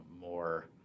more